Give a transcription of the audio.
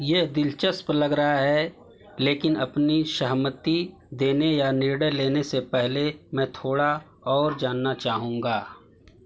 यह दिलचस्प लग रहा है लेकिन अपनी सहमति देने या निर्णय लेने से पहले मैं थोड़ा और जानना चाहूँगा